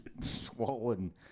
swollen